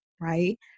Right